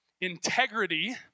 Integrity